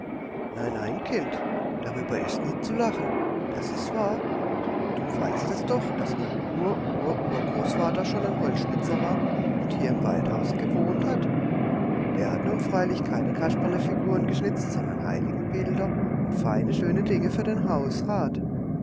nein nein kind darüber ist nicht zu lachen das ist wahr du weißt es doch daß mein ur ur urgroßvater schon ein holzschnitzer war und hier im waldhause gewohnt hat der hat nun freilich keine kasperlefiguren geschnitzt sondern heiligenbilder und feine schöne dinge für den hausrat